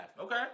Okay